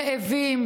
רעבים,